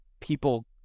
people